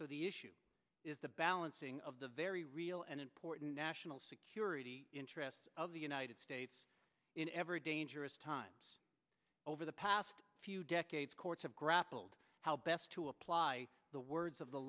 so the issue is the balancing of the very real in important national security interests of the united states in every dangerous times over the past few decades courts have grappled how best to apply the words of the